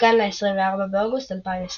מעודכן ל-24 באוגוסט 2024